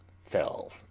fell